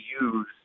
use